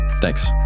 Thanks